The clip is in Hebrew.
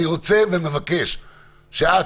אני רוצה ומבקש שאת,